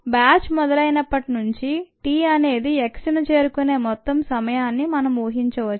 batch మొదలైనప్పటి నుంచి t అనేది xను చేరుకునే మొత్తం సమయాన్నిమనం ఊహించవచ్చు